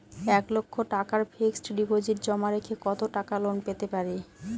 এক লক্ষ টাকার fixed deposit জমা রেখে কত টাকা লোন পেতে পারি?